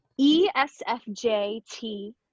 ESFJT